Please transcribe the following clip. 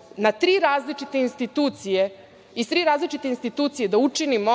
su tri procedure koje mi možemo iz tri različite institucije da učinimo